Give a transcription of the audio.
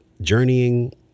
journeying